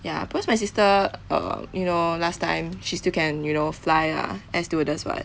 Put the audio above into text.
ya because my sister err you know last time she still can you know fly ah air stewardess [what]